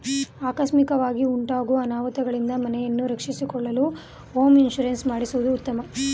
ಆಕಸ್ಮಿಕವಾಗಿ ಉಂಟಾಗೂ ಅನಾಹುತಗಳಿಂದ ಮನೆಯನ್ನು ರಕ್ಷಿಸಿಕೊಳ್ಳಲು ಹೋಮ್ ಇನ್ಸೂರೆನ್ಸ್ ಮಾಡಿಸುವುದು ಉತ್ತಮ